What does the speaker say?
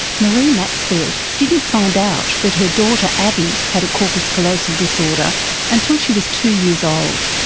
maree maxfield didn't find out that her daughter abbie had a corpus callosal disorder until she was two years old.